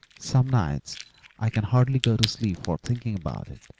some nights i can hardly go to sleep for thinking about it,